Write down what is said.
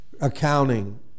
accounting